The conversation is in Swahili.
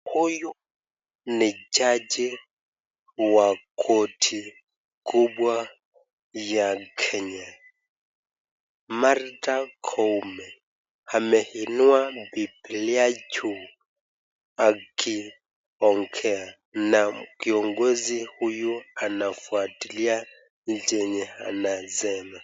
Huyu ni jaji wa koti kubwa ya Kenya, Martha Koome. Ameinua bibilia juu akiongea na kiongozi huyu anafuatilia chenye anasema.